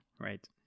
Right